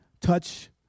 touch